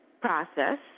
process